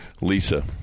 Lisa